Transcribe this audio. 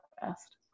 best